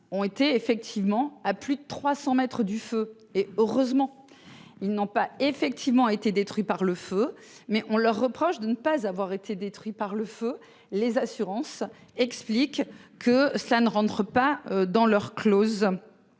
Ont été effectivement à plus de 300 mètres du feu et heureusement ils n'ont pas effectivement a été détruit par le feu, mais on leur reproche de ne pas avoir été détruits par le feu, les assurances explique que cela ne rentre pas dans leur clause.